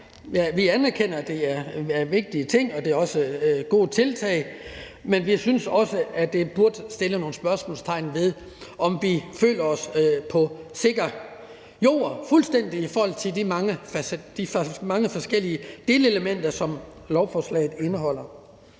Vi anerkender, at det er vigtige ting, og at det også er gode tiltag, men vi synes også, at der kan sættes spørgsmålstegn ved, om vi føler os fuldstændig på sikker grund i forhold til de mange forskellige delelementer, som lovforslaget indeholder.